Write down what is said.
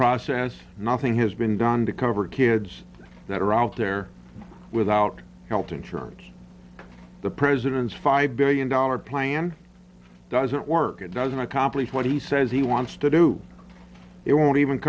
process nothing has been done to cover kids that are out there without health insurance the president's five billion dollars plan doesn't work it doesn't accomplish what he says he wants to do it won't even